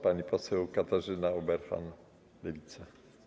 Pani poseł Katarzyna Ueberhan, Lewica.